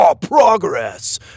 Progress